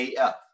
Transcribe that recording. AF